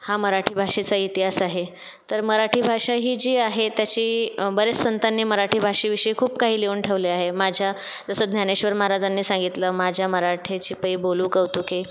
हा मराठी भाषेचा इतिहास आहे तर मराठी भाषा ही जी आहे तशी बऱ्याच संतांनी मराठी भाषेविषयी खूप काही लिहून ठेवले आहे माझ्या जसं ज्ञानेश्वर महाराजांनी सांगितलं माझ्या मराठीचा बोलू कौतुके